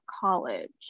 college